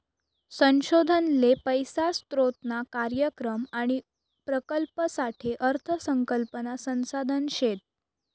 संशोधन ले पैसा स्रोतना कार्यक्रम आणि प्रकल्पसाठे अर्थ संकल्पना संसाधन शेत